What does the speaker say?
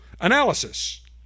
analysis